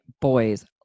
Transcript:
boys